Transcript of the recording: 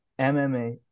MMA